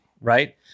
Right